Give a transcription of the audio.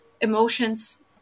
emotions